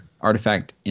Artifact